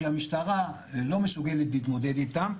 שהמשטרה לא מסוגלת להתמודד איתם.